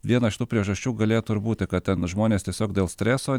viena iš tų priežasčių galėtų ir būti kad ten žmonės tiesiog dėl streso